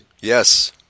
Yes